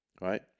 Right